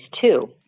two